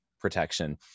protection